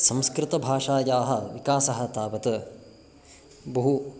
संस्कृतभाषायाः विकासः तावत् बहु